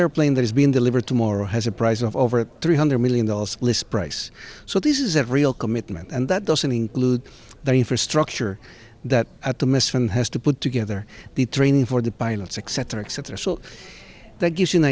airplane that is being delivered tomorrow has a price of over three hundred million dollars list price so this is a real commitment and that doesn't include the infrastructure that at the mess from has to put together the training for the pilots except for except there so that gives you an